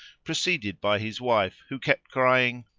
preceded by his wife who kept crying,